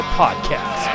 podcast